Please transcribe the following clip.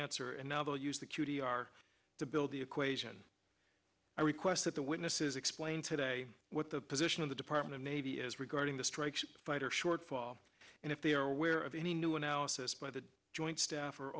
answer and now they'll use the q t r to build the equation i request that the witnesses explain today what the position of the department of navy is regarding the strike fighter shortfall and if they are aware of any new analysis by the joint staff or